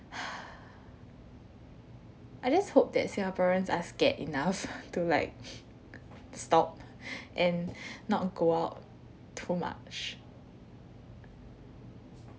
I just hope that singaporeans are scared enough to like stop and not go out too much